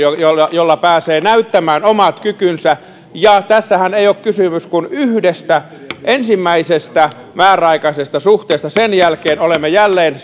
jolloin pääsee näyttämään omat kykynsä tässähän ei ole kysymys kuin yhdestä ensimmäisestä määräaikaisesta suhteesta sen jälkeen olemme jälleen